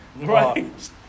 Right